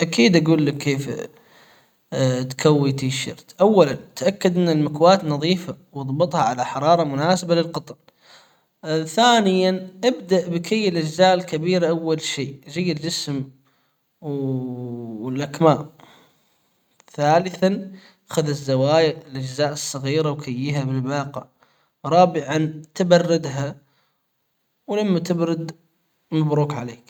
اكيد أجول لك كيف تكوي تيشيرت أولًا تأكد ان المكواة نظيفة واظبطها على حرارة مناسبة للقطن ثانيا ابدأ بكي الأجزاء الكبيرة أول شي زي الجسم و الأكمام ثالثًا خذ الزوايا الاجزاء الصغيرة وكييها بالباقة رابعًا تبردها ولما تبرد مبروك عليك.